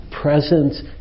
presence